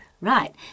Right